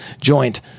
joint